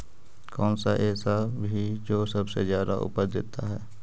कौन सा ऐसा भी जो सबसे ज्यादा उपज देता है?